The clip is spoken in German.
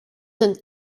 sind